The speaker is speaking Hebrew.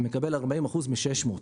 מקבל 40% מ-600.